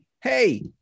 hey